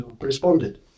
responded